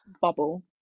bubble